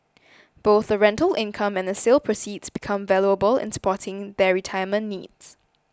both the rental income and the sale proceeds become valuable in supporting their retirement needs